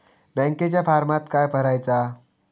बँकेच्या फारमात काय भरायचा?